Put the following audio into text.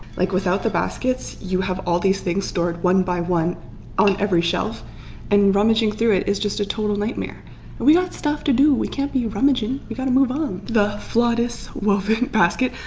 like without the baskets, you have all these things stored one by one on every shelf and rummaging through it is just a total nightmare, and we got stuff to do, we can't be rummaging. we got to move on the fladis woven basket.